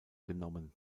genommen